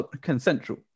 consensual